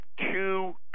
two